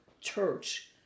church